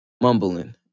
mumbling